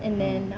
mm